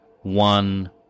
one